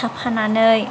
थाफानानै